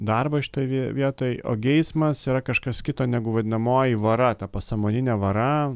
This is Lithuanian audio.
darbo šitoj vie vietoj o geismas yra kažkas kito negu vadinamoji vara ta pasąmoninė vara